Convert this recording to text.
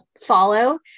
follow